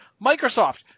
Microsoft